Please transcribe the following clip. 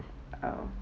uh